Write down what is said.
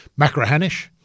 Macrahanish